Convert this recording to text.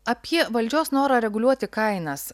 apie valdžios norą reguliuoti kainas